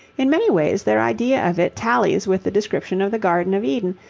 in many ways their idea of it tallies with the description of the garden of eden,